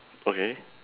okay